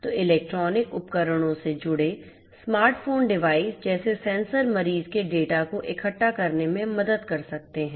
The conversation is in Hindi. तो इलेक्ट्रॉनिक उपकरणों से जुड़े स्मार्ट फोन डिवाइस जैसे सेंसर मरीज़ के डेटा को इकट्ठा करने में मदद कर सकते हैं